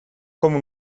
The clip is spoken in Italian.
come